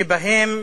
שבהם